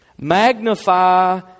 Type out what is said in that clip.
Magnify